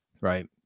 Right